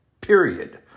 period